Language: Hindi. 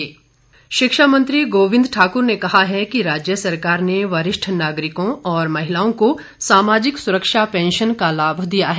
गोविंद ठाकुर शिक्षा मंत्री गोविंद ठाक्र ने कहा है कि राज्य सरकार ने वरिष्ठ नागरिकों और महिलाओं को सामाजिक सुरक्षा पेंशन का लाभ दिया हैं